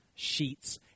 sheets